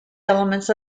elements